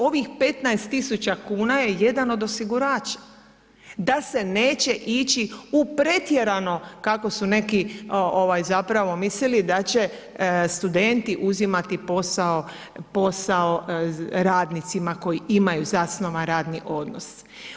Ovih 15.000,00 kn je jedan od osigurača da se neće ići u pretjerano, kako su neki ovaj zapravo mislili da će studenti uzimati posao radnicima koji imaju zasnovan radni odnos.